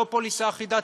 לא פוליסה אחידה.